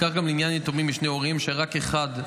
כך גם לעניין יתומים משני הורים, שרק אחד,